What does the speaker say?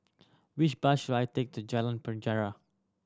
which bus should I take to Jalan Penjara